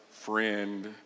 friend